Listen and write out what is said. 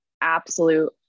absolute